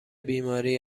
بیماری